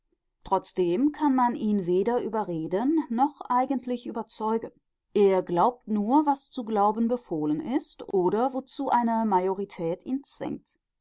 trotzdem kann man ihn weder überreden noch eigentlich überzeugen er glaubt nur was zu glauben befohlen ist oder wozu eine majorität ihn